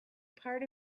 part